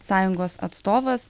sąjungos atstovas